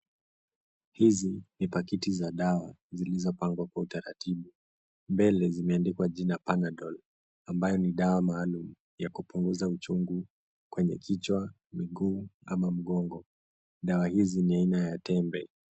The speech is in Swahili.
Hizi ni pakiti za dawa zilizooangwa kwa utaratibu. Mbele zimeandikwa jina Panadol ambayo ni dawa maalum ya kupunguza uchungu kwenye kichwa, miguu ama mgongo. Dawa hizi ni aina ya tembe.